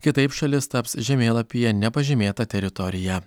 kitaip šalis taps žemėlapyje nepažymėta teritorija